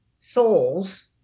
souls